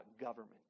government